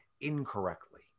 incorrectly